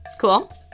cool